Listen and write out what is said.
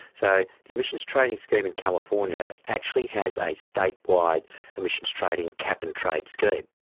so the emissions trading scheme in california actually has a statewide emissions trading cap and trade scheme.